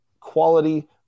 quality